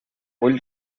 vull